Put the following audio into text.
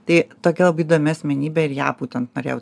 tai tokia labai įdomi asmenybė ir ją būtent norėjau